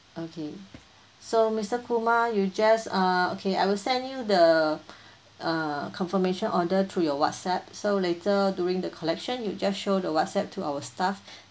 okay so mister kumar you just uh okay I will send you the uh confirmation order to your Whatsapp so later during the collection you just show the Whatsapp to our staff